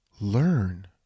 learn